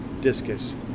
discus